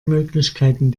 möglichkeiten